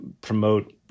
promote